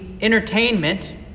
entertainment